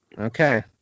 okay